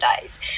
days